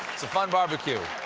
it's a fun barbecue.